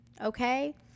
Okay